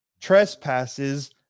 trespasses